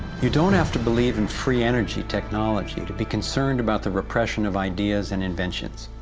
you don't have to believe in free energy technology, to be concerned about the repression of ideas and inventions.